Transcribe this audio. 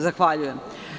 Zahvaljujem.